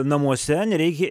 namuose nereikia